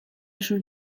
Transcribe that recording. شون